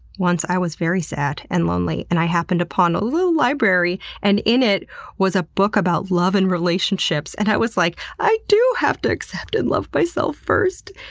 once i was very sad and lonely, and i happened upon a little library. and in it was a book about love and relationships, and i was like, i do have to accept and love myself first!